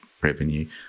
revenue